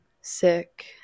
sick